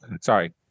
Sorry